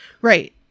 Right